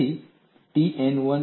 તેથી મારે T n 1